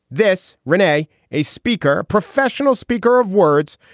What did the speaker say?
this rene a speaker. professional speaker of words,